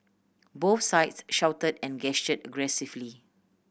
both sides shouted and gestured aggressively